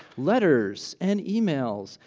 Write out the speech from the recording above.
letters and emails,